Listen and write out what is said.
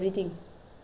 ஏது:ethu